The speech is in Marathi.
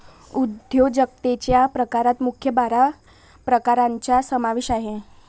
उद्योजकतेच्या प्रकारात मुख्य बारा प्रकारांचा समावेश आहे